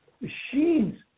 machines